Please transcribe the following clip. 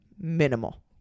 minimal